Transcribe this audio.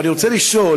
אבל אני רוצה לשאול: